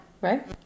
right